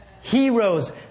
heroes